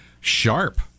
sharp